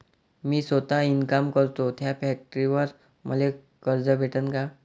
मी सौता इनकाम करतो थ्या फॅक्टरीवर मले कर्ज भेटन का?